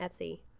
Etsy